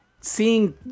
seeing